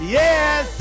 yes